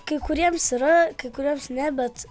kai kuriems yra kai kuriems ne bet